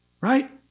Right